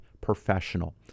professional